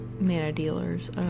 mana-dealers